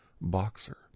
boxer